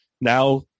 Now